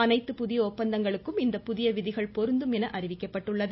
அனைத்து புதிய ஒப்பந்தங்களுக்கும் இந்த புதிய விதிகள் பொருந்தும் என அறிவிக்கப்பட்டுள்ளது